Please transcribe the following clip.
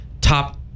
top